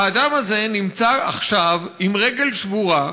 האדם הזה נמצא עכשיו עם רגל שבורה,